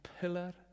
pillar